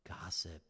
gossip